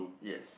yes